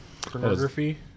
Pornography